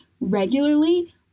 regularly